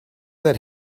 that